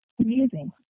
amazing